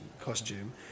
costume